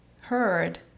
heard